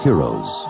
Heroes